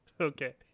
okay